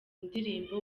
ndirimbo